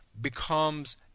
becomes